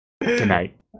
tonight